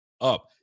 up